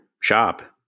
shop